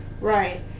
Right